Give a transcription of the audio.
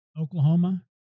oklahoma